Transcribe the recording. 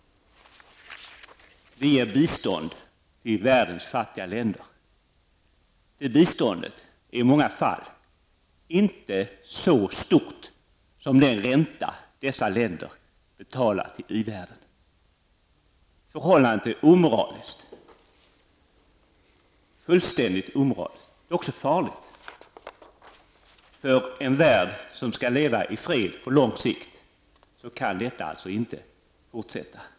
Vi ger bistånd till världens fattiga länder. Det biståndet är i många fall inte så stort som den ränta dessa länder betalar till i-världen. Förhållandet är fullständigt omoraliskt. Det är också farligt. För en värld som skall leva i fred på lång sikt kan detta inte fortsätta.